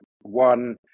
one